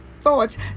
thoughts